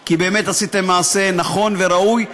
כי באמת עשיתם מעשה נכון וראוי,